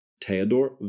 Theodor